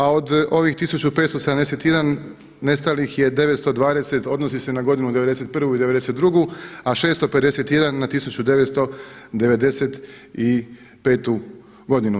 A od ovih 1571 nestalih je 920, odnosi se na godinu '91. i '92. a 651 na 1995. godinu.